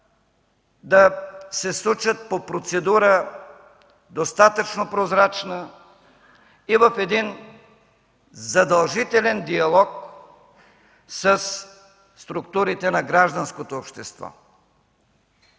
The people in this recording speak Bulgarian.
да се случва по процедура, достатъчно прозрачна и в задължителен диалог със структурите на гражданското общество.